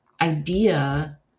idea